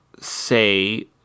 say